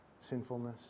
sinfulness